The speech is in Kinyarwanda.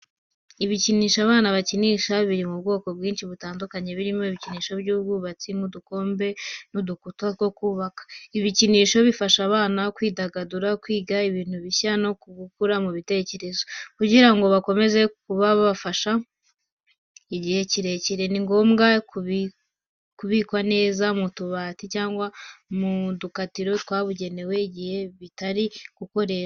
Ibikinisho abana bakinisha biri mu bwoko bwinshi butandukanye, birimo ibikinisho by'ubwubatsi nk'udukombe n'udukuta two kubaka. Ibi bikinisho bifasha abana kwidagadura, kwiga ibintu bishya no gukura mu bitekerezo. Kugira ngo bikomeze kubafasha igihe kirekire, ni ngombwa ko bibikwa neza mu tubati, cyangwa mu dukarito twabugenewe igihe bitari gukoreshwa.